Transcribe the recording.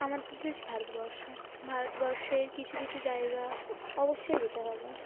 আমাদের দেশ ভারতবর্ষ ভারতবর্ষের কিছু কিছু জায়গা অবশ্যই যেতে হবে